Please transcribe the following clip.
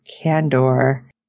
Candor